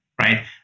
right